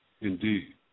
Indeed